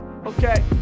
Okay